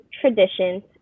traditions